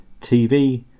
TV